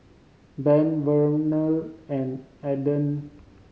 Ben Vernal and Adan